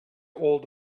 old